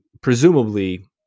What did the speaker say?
presumably